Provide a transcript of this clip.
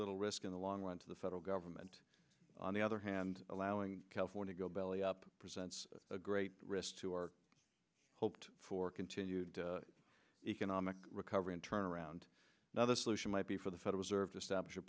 little risk in the long run to the federal government on the other hand allowing california go belly up presents a great risk to our hoped for continued economic recovery and turn around another solution might be for the federal reserve establish a